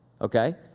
Okay